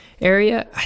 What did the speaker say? area